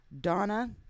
Donna